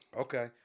Okay